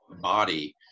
body